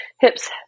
hips